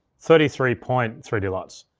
thirty three point three d luts.